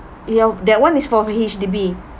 ya that one is for H_D_B